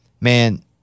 Man